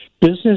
business